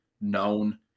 known